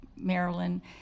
maryland